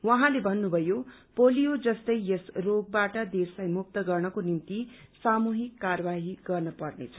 उहाँले भन्नुभयो पोलियो जस्तै यस रोगबाट देशलाई मुक्त गर्नको निमित सामूहिक कारवाही गर्न पर्नेछ